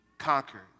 conquered